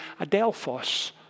adelphos